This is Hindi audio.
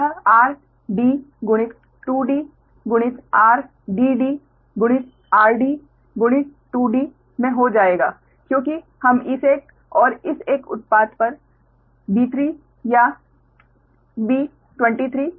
तो यह r d गुणित 2 d गुणित r d d गुणित r d गुणित 2 d में हो जाएगा क्योंकि हम इस एक और इस एक उत्पाद पर b3 या b23 चाहते हैं